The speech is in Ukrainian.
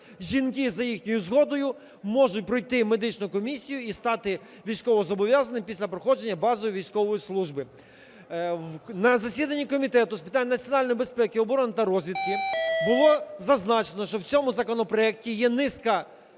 жінки, за їхньою згодою, можуть пройти медичну комісію і стати військовозобов'язаними після проходження базової військової служби. На засіданні Комітету з питань національної безпеки, оборони та розвідки було зазначено, що в цьому законопроекті є низка